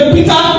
Peter